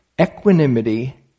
equanimity